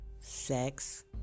sex